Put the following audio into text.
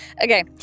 okay